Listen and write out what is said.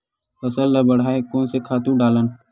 फसल ल बढ़ाय कोन से खातु डालन?